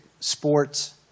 sports